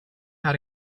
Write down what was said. how